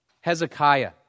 Hezekiah